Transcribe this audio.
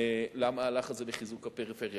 ללכת למהלך הזה לחיזוק הפריפריה.